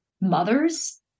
mothers